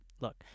look